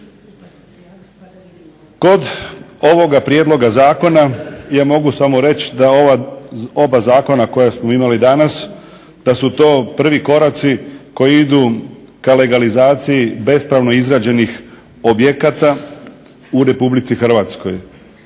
Kod ovoga prijedloga zakona ja mogu samo reći da ova oba zakona koja smo imali danas da su to prvi koraci koji idu ka legalizaciji bespravno izgrađenih objekata u Republici Hrvatskoj